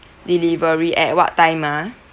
delivery at what time ah